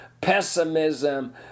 pessimism